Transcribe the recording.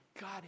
God